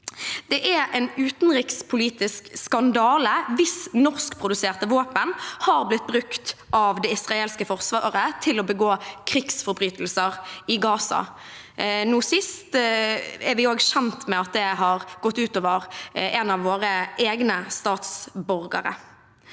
Det er en utenrikspolitisk skandale hvis norskproduserte våpen har blitt brukt av det israelske forsvaret til å begå krigsforbrytelser i Gaza. Nå er vi også kjent med at det har gått ut over en av våre egne statsborgere.